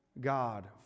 God